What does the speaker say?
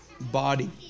Body